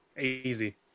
Easy